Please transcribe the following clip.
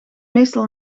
meestal